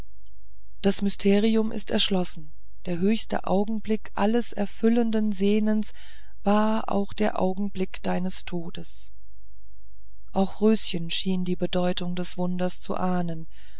das mysterium ist erschlossen der höchste augenblick alles erfüllten sehnens war auch der augenblick deines todes auch röschen schien die bedeutung des wunders zu ahnen